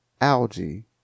algae